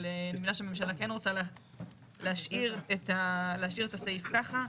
אבל אני מבינה שהממשלה כן רוצה להשאיר את הסעיף ככה.